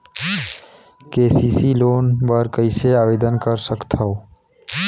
KCC loan बर कइसे आवेदन कर सकथव?